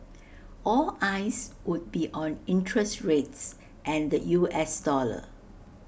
all eyes would be on interest rates and the U S dollar